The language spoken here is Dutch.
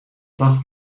dag